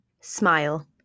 smile